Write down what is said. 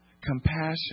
compassion